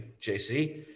jc